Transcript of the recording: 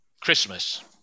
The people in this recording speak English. Christmas